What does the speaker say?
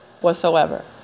whatsoever